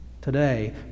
today